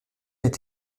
est